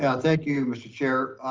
um thank you, mr. chair.